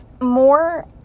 more